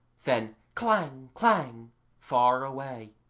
then clang, clang far away.